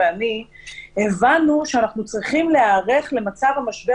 ואני הבנו שאנחנו צריכים להיערך למצב המשבר